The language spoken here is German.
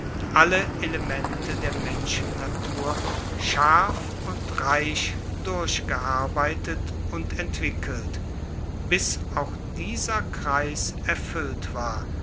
alle elemente der menschennatur scharf und reich durchgearbeitet und entwickelt bis auch dieser kreis erfuellt war